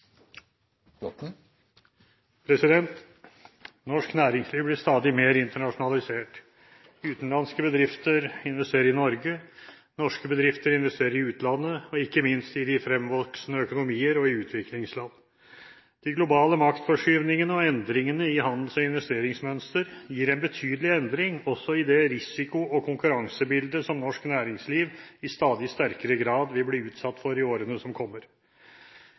1 Norsk næringsliv blir stadig mer internasjonalisert. Utenlandske bedrifter investerer i Norge, og norske bedrifter investerer i utlandet – ikke minst i de fremvoksende økonomier og i utviklingsland. De globale maktforskyvningene og endringene i handels- og investeringsmønster gir en betydelig endring også i det risiko- og konkurransebildet som norsk næringsliv i stadig sterkere grad vil bli utsatt for i årene som kommer.